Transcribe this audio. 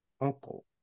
uncle